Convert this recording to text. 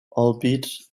albeit